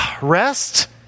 rest